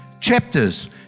chapters